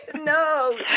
No